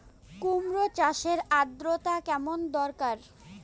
কুমড়ো চাষের আর্দ্রতা কেমন দরকার?